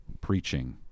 preaching